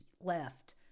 left